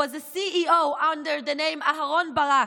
there was a CEO under the name of Aharon Barak.